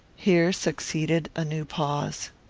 here succeeded a new pause.